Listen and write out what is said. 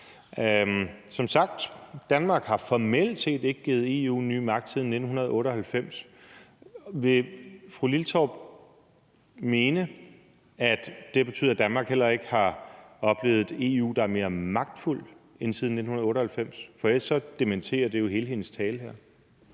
Som sagt har Danmark formelt set ikke givet EU ny magt siden 1998. Vil fru Karin Liltorp mene, at det betyder, at Danmark heller ikke har oplevet et EU, der er mere magtfuldt siden 1998? For ellers dementerer det jo hele hendes tale her.